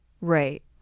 Right